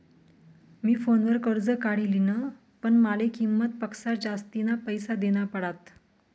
मी फोनवर कर्ज काढी लिन्ह, पण माले किंमत पक्सा जास्तीना पैसा देना पडात